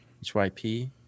H-Y-P